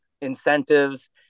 incentives